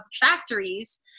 factories